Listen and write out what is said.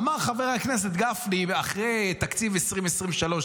אמר חבר הכנסת גפני אחרי תקציב 2023,